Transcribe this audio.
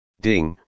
Ding